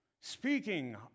Speaking